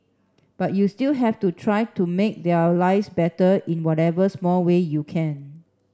but you still have to try to make their lives better in whatever small way you can